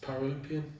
Paralympian